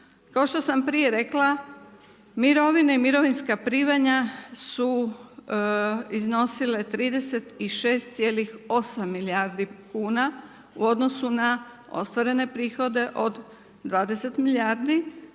Kao što sam prije rekla mirovine i mirovinska primanja su iznosile 36,8 milijardi kuna u odnosu na ostvarene prihode od 20 milijardi,